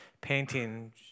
painting